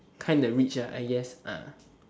kind rich lah I guess lah